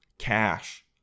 cash